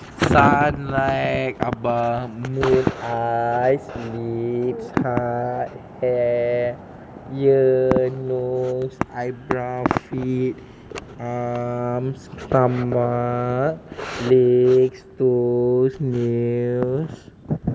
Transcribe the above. sun like about moon eyes lips heart hair ears nose eyebrows feet arms stomach legs toes nails